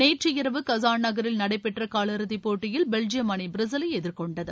நேற்று இரவு கஸான் நகரில் நடைபெற்ற காலிறுதிப் போட்டியில் பெல்ஜியம் அணி பிரேசிலை எதிர் கொண்டது